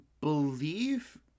believe